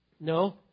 No